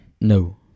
No